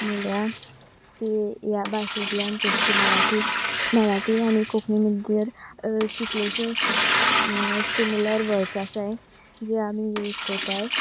म्हणल्यार की ह्या भाशेंतल्यान जशें की मराठी मराठी आनी कोंकणी भितर कितलेंशींच सिमिलर वड्स आसाय जे आमी यूज कोताय